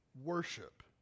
worship